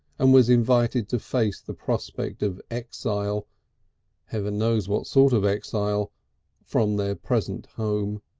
and was invited to face the prospect of exile heaven knows what sort of exile from their present home?